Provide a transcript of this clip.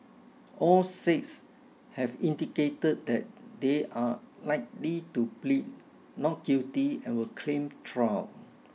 all six have indicated that they are likely to plead not guilty and will claim trial